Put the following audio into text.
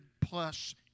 plus